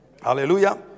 Hallelujah